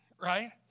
right